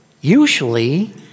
usually